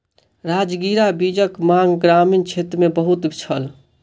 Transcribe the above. राजगिरा बीजक मांग ग्रामीण क्षेत्र मे बहुत छल